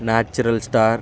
natural star